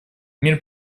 мир